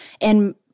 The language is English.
and-